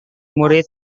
murid